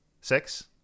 Six